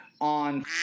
on